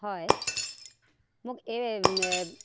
হয় মোক এই